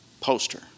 poster